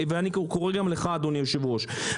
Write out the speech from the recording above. אני גם קורא לך, אדוני היושב ראש.